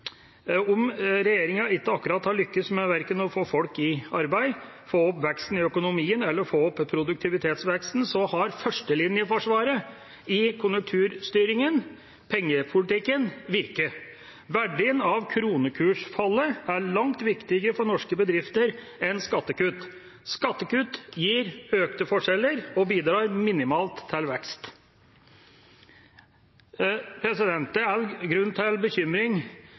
Om regjeringa ikke akkurat har lyktes med verken å få folk i arbeid, å få opp veksten i økonomien eller å få opp produktivitetsveksten, har førstelinjeforsvaret i konjunkturstyringen, pengepolitikken, virket. Verdien av kronekursfallet er langt viktigere for norske bedrifter enn skattekutt. Skattekutt gir økte forskjeller og bidrar minimalt til vekst. Det er grunn til bekymring